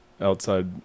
outside